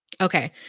Okay